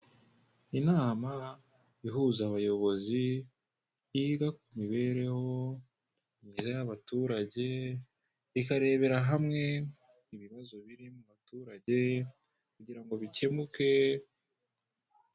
Inama ihuza abayobozi yiga ku imibereho y'abaturage ikarebera hamwe ibibazo biri mubaturage kugira ngo bikemuke...